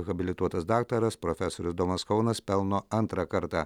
habilituotas daktaras profesorius domas kaunas pelno antrą kartą